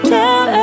Tell